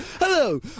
Hello